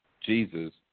Jesus